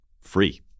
free